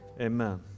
amen